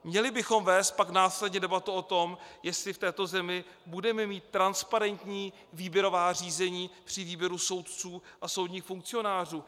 Měli bychom vést pak následně debatu o tom, jestli v této zemi budeme mít transparentní výběrová řízení při výběru soudců a soudních funkcionářů.